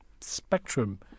spectrum